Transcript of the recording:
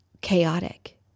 chaotic